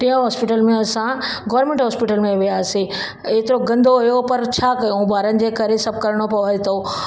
टे हॉस्पिटल में असां गौरमैंट हॉस्पिटल में वियासीं एतिरो गंदो हुओ पर छा कयूं ॿारन जे करे सभु करिणो पवे थो